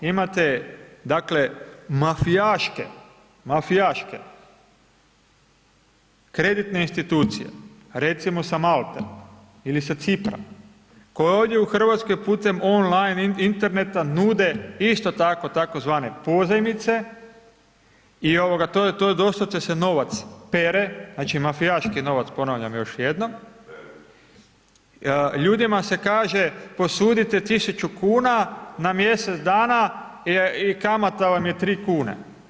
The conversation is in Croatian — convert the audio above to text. Imate dakle, mafijaške, mafijaške kreditne institucije, recimo sa Malte ili sa Cipra, koje ovdje u Hrvatskoj, putem online interneta nude isto tako tzv. pozajmice i to doslovce se novac pere, znači mafijaški novac, ponavljam još jednom, ljudima se kaže, posudite 1000 kn na mjesec dana i kamata vam je 3 kn.